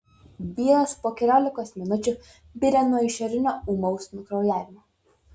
vyras po keliolikos minučių mirė nuo išorinio ūmaus nukraujavimo